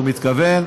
שהוא מתכוון,